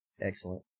Excellent